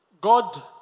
God